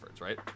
right